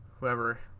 whoever